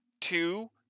two